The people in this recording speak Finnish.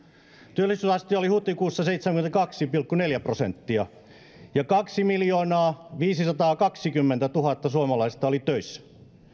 työllisyysaste oli huhtikuussa seitsemänkymmentäkaksi pilkku neljä prosenttia ja kaksimiljoonaaviisisataakaksikymmentätuhatta suomalaista oli töissä